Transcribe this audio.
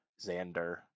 Xander